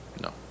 No